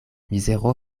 mizero